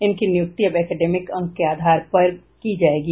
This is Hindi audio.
इनकी नियुक्ति अब एकेडमिक अंक के आधार पर की जायेगी